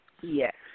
Yes